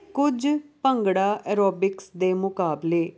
ਕੁਝ ਭੰਗੜਾ ਐਰੋਬਿਕਸ ਦੇ ਮੁਕਾਬਲੇ